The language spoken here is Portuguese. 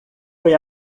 foi